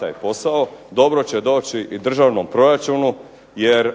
taj posao dobro će doći i državnom proračunu jer